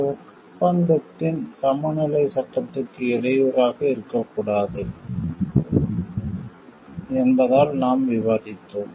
இந்த ஒப்பந்தத்தின் சமநிலைச் சட்டத்துக்கு இடையூறாக இருக்கக்கூடாது என்பதால் நாம் விவாதித்தோம்